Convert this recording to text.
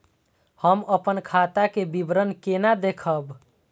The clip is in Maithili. हम अपन खाता के विवरण केना देखब?